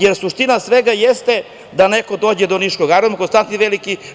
Suština svega jeste da neko dođe do niškog aerodroma „Kostantin Veliki“